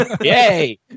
Yay